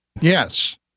Yes